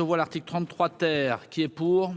on voir l'article 34. Qui est pour,